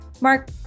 Mark